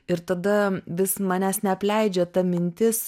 ir tada vis manęs neapleidžia ta mintis